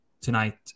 tonight